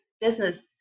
business